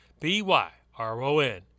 B-Y-R-O-N